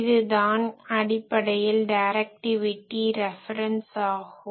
இதுதான் அடிப்படையில் directivity reference ஆகும்